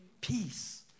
Peace